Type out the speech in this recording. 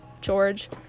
George